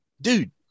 dude